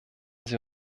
sie